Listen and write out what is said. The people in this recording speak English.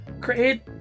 create